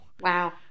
Wow